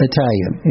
Italian